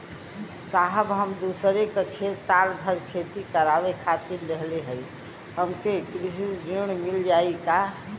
साहब हम दूसरे क खेत साल भर खेती करावे खातिर लेहले हई हमके कृषि ऋण मिल जाई का?